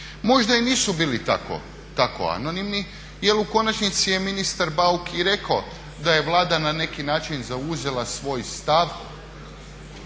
Možda i nisu bili tako anonimni jel u konačnici je ministar Bauk i rekao da je Vlada na neki način zauzela svoj stav